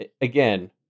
again